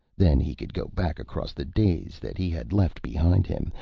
then he could go back across the days that he had left behind him,